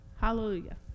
Hallelujah